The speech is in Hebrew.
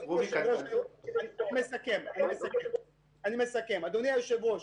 אדוני היושב-ראש,